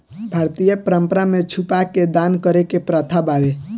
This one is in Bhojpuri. भारतीय परंपरा में छुपा के दान करे के प्रथा बावे